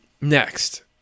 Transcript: Next